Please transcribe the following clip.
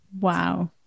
Wow